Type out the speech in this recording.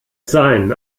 sein